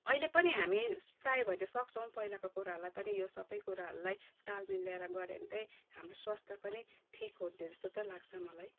अहिले पनि हामी चाहियो भने सक्छौँ पहिलाको कुराहरूलाई पनि यो सबै कुराहरूलाई ताल मिलाएर गऱ्यो भने त हाम्रो स्वास्थ्य पनि ठिक हुन्थ्यो जस्तो त लाग्छ मलाई